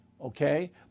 okay